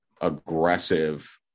aggressive